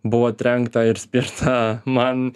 buvo trenkta ir spirta man